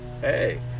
Hey